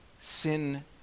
Sin